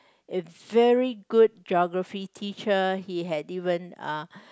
a very good geography teacher he had even uh